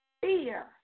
fear